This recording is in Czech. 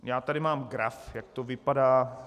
Já tady mám graf, jak to vypadá.